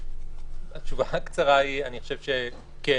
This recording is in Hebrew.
התשובה הקצרה היא אני חושב שכן,